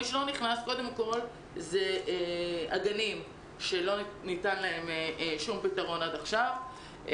אלה שלא חזרו הם קודם כל הגנים שלא ניתן להם שום פתרון עד עכשיו,